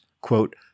quote